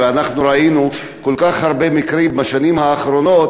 ואנחנו ראינו כל כך הרבה מקרים בשנים האחרונות